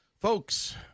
Folks